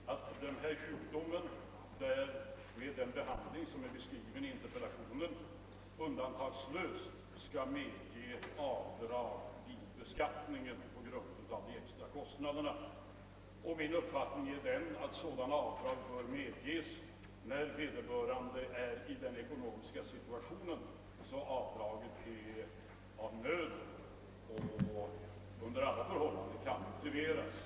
Herr talman! Skillnaden mellan fru Kristenssons och min uppfattning är väl egentligen den att fru Kristensson anser att kostnaderna för den behandling som är beskriven i interpellationen undantagslöst skall få dras av vid beskattningen, medan min uppfattning är den att sådana avdrag bör medges när vederbörande är i den ekonomiska situationen att avdraget är av nöden och under alla förhållanden kan motiveras.